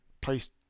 place